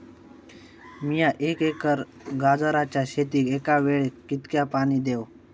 मीया एक एकर गाजराच्या शेतीक एका वेळेक कितक्या पाणी देव?